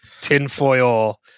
tinfoil